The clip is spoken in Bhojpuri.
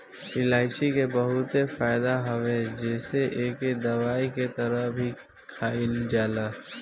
इलायची के बहुते फायदा हवे जेसे एके दवाई के तरह भी खाईल जाला